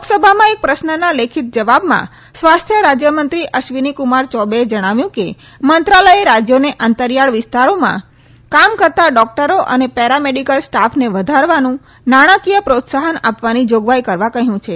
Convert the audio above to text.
લોકસભામાં એક પ્રશ્નના લેખિત ઉત્તરમાં સ્વાસ્થ્ય રાજયમંત્રી અશ્વિની કુમાર ચૌબેએ જણાવ્યું કે મંત્રાલયે રાજયોને અંતરિયાળ વિસ્તારોમાં કા કરતા ડકોટરો અને પેરા મેડીકલ સ્ટાફને વધારાનું નાણાંકીય પ્રોત્સાહન આપવાની જાગવાઈ કરવા કહયું છે